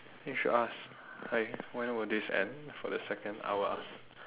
then you should ask hi when would this end for the second I will ask